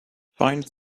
find